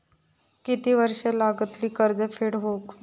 किती वर्षे लागतली कर्ज फेड होऊक?